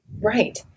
Right